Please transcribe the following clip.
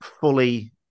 fully